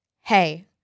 hey